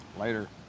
Later